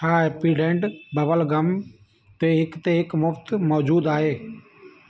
छा Happydent bubble gum ते हिक ते हिकु मुफ़्ति मौजूदु आहे